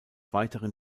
weiteren